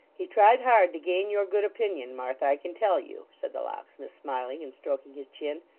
he tried hard to gain your good opinion, martha, i can tell you said the locksmith smiling, and stroking his chin.